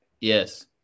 yes